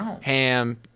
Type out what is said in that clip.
ham